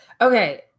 Okay